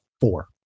four